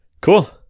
Cool